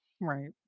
Right